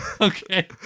Okay